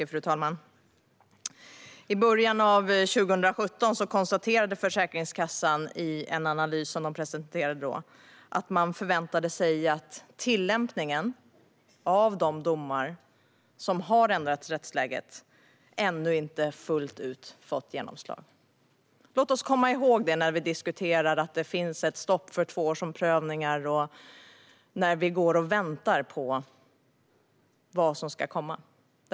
Fru talman! I början av 2017 konstaterade Försäkringskassan i en analys som man då presenterade att man förväntade sig att tillämpningen av de domar som har ändrat rättsläget ännu inte har fått genomslag fullt ut. Låt oss komma ihåg det när vi diskuterar att det finns ett stopp för tvåårsomprövningar och när vi går och väntar på vad som ska komma.